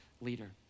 leader